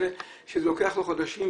שזה לוקח לו חודשים.